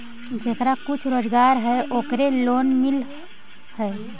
जेकरा कुछ रोजगार है ओकरे लोन मिल है?